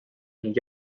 ning